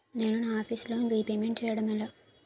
నేను నా office loan repayment చేయడం ఎలా?